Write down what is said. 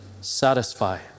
satisfy